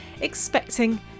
expecting